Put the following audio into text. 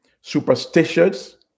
superstitious